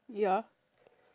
ya